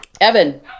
Evan